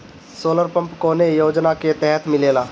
Solar pump कौने योजना के तहत मिलेला?